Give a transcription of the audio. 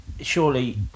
Surely